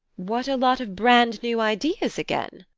what a lot of brand new ideas again!